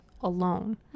alone